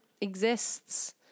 exists